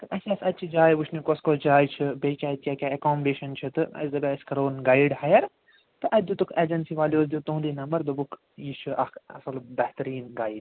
تہٕ اسہِ آسہٕ اَتِچہِ جایہِ وُچھنہِ کۄس کۄس جاے چھِ بیٚیہِ کیٛاہ اَتہِ کیٛاہ کیٛاہ ایٚکاموڈیشن چھِ تہٕ اسہِ دٔپیٲے أسۍ کَرہون گایڈ ہایر تہٕ اَتہِ دِتُکھ ایٚجنسی والیٚو دیُت تُہندٕے نمبر دوٚپُکھ یہِ چھُ اکھ اصٕل بہتریٖن گایڈ